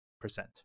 percent